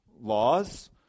laws